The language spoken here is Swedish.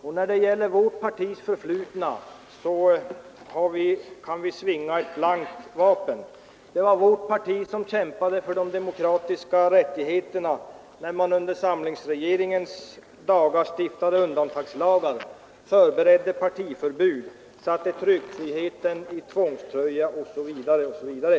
Vi kan inom vårt parti svinga ett blankt vapen i detta sammanhang. Det var vårt parti som kämpade för de demokratiska rättigheterna när man under samlingsregeringens dagar stiftade undantagslagar, förberedde partiförbud, satte tryckfriheten i tvångströja osv.